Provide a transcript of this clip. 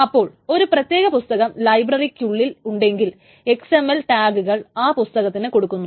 അപ്പോൾ ഒരു പ്രത്യേക പുസ്തകം ലൈബ്രററിക്കുള്ളിൽ ഉണ്ടെങ്കിൽ XML ടാഗ്കൾ ആ പുസ്തകത്തിന് കൊടുക്കുന്നു